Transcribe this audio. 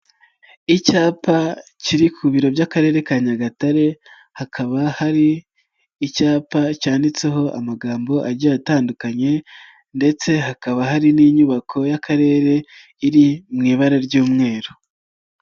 Icyapa kiri ku biro by'Akarere ka Nyagatare hakaba hari icyapa cyanditseho amagambo agiye atandukanye ndetse hakaba hari n'inyubako y'Akarere iri mu ibara ry'umweru.